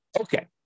Okay